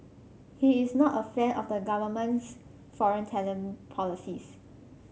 he is not a fan of the government's foreign talent policies